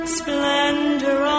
splendor